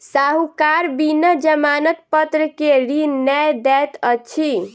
साहूकार बिना जमानत पत्र के ऋण नै दैत अछि